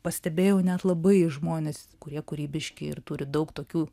pastebėjau net labai žmonės kurie kūrybiški ir turi daug tokių